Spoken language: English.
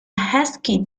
husky